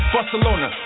Barcelona